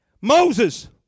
Moses